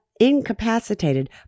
incapacitated